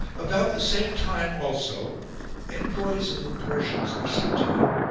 about the same time also envoys of the persians were sent to him.